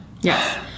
Yes